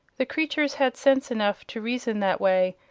the creatures had sense enough to reason that way,